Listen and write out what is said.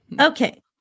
Okay